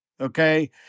okay